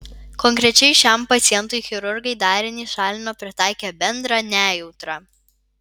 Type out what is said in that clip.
konkrečiai šiam pacientui chirurgai darinį šalino pritaikę bendrą nejautrą